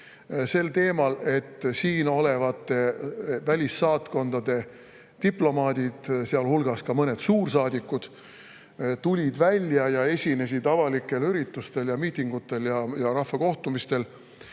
sel teemal, et siin olevate välissaatkondade diplomaadid, sealhulgas mõned suursaadikud, esinesid avalikel üritustel ja miitingutel ja rahvaga kohtumistel